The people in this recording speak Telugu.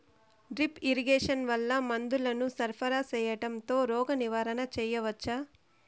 డ్రిప్ ఇరిగేషన్ వల్ల మందులను సరఫరా సేయడం తో రోగ నివారణ చేయవచ్చా?